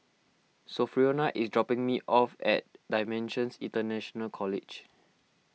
Sophronia is dropping me off at Dimensions International College